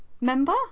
member